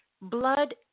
blood